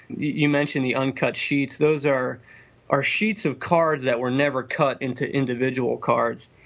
you mentioned the uncut sheets. those are are sheets of cards that were never cut into individual cards,